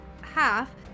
half